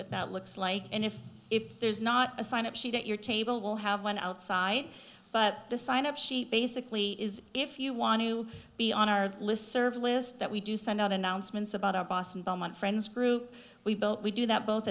what that looks like and if if there's not a sign up sheet at your table we'll have one outside but the sign up sheet basically is if you want to be on our list serve list that we do send out announcements about our boston bombing friends group we built we do that both